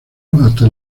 hasta